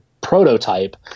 prototype